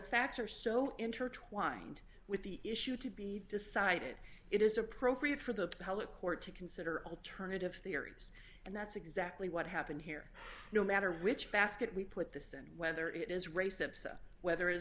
facts are so intertwined with the issue to be decided it is appropriate for the appellate court to consider alternative theories and that's exactly what happened here no matter which basket we put this in whether it is race of whether is